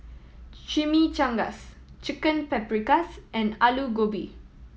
Chimichangas Chicken Paprikas and Alu Gobi